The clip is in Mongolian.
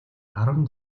арван